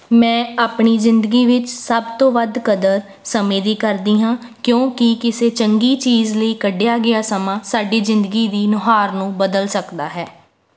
ਮੈਂ ਆਪਣੀ ਜ਼ਿੰਦਗੀ ਵਿੱਚ ਸਭ ਤੋਂ ਵੱਧ ਕਦਰ ਸਮੇਂ ਦੀ ਕਰਦੀ ਹਾਂ ਕਿਉਂਕਿ ਕਿਸੇ ਚੰਗੀ ਚੀਜ਼ ਲਈ ਕੱਢਿਆ ਗਿਆ ਸਮਾਂ ਸਾਡੀ ਜ਼ਿੰਦਗੀ ਦੀ ਨੁਹਾਰ ਨੂੰ ਬਦਲ ਸਕਦਾ ਹੈ